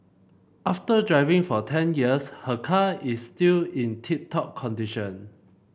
after driving for ten years her car is still in tip top condition